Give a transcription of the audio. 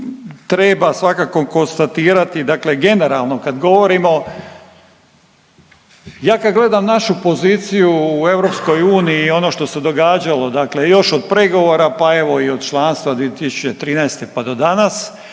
treba svakako konstatirati dakle generalno kad govorimo, ja kad gledam našu poziciju u EU i ono što se događalo još od pregovora pa evo i od članstva 2013. pa do danas,